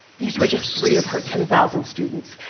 these were just three of her ten thousand students.